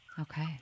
Okay